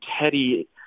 Teddy